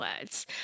words